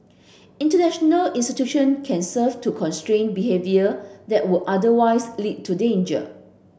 international institution can serve to constrain behaviour that would otherwise lead to danger